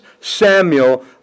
Samuel